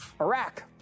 Iraq